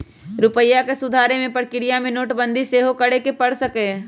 रूपइया के सुधारे कें प्रक्रिया में नोटबंदी सेहो करए के पर सकइय